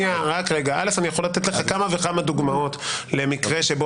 --- אני יכול לתת לך כמה וכמה דוגמאות למקרה שבו